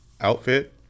outfit